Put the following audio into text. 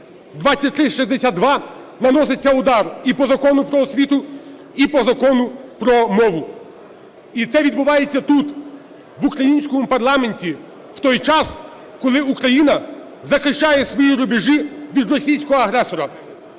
2362 наноситься удар і по Закону "Про освіту", і по Закону про мову. І це відбувається тут, в українському парламенті, в той час, коли Україна захищає свої рубежі від російського агресора.